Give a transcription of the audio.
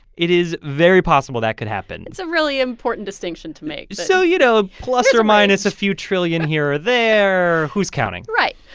it is very possible that could happen that's a really important distinction to make so, you know, plus or minus a few trillion here or there. who's counting? right.